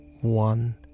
one